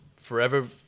forever